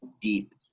deep